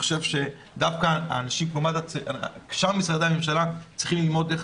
דווקא שאר משרדי הממשלה צריכים ללמוד ממד"א איך